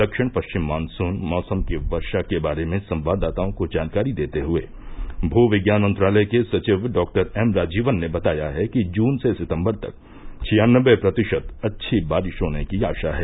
दक्षिण पश्चिम मॉनसून मौसम की वर्षा के बारे में संवाददाताओं को जानकारी देते हए भूविज्ञान मंत्रालय के सचिव डॉ एमराजीवन ने बताया है कि जून से सितम्बर तक छियान्नबे प्रतिशत अच्छी बारिश होने की आशा है